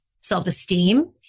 self-esteem